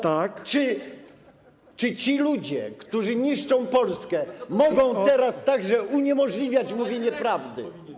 Tak... ...że ci ludzie, którzy niszczą Polskę, mogą teraz także uniemożliwiać mówienie prawdy.